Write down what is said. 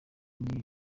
n’ibi